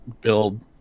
build